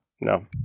No